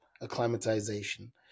acclimatization